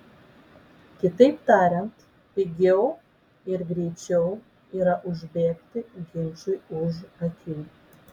kitaip tariant pigiau ir greičiau yra užbėgti ginčui už akių